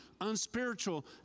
unspiritual